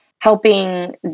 helping